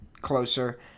closer